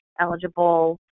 eligible